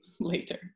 later